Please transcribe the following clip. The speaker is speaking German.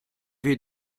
wir